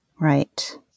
right